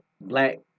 black